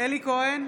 אלי כהן,